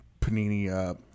Panini, –